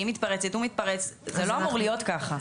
היא מתפרצת, הוא מתפרץ, זה לא אמור להיות ככה.